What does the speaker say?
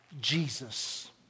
Jesus